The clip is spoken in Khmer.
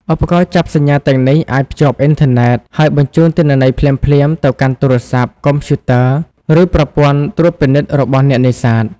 ឧបករណ៍ចាប់សញ្ញាទាំងនេះអាចភ្ជាប់អ៊ីនធឺណិត ហើយបញ្ជូនទិន្នន័យភ្លាមៗទៅកាន់ទូរស័ព្ទ កុំព្យូទ័រ ឬប្រព័ន្ធត្រួតពិនិត្យរបស់អ្នកនេសាទ។